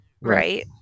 right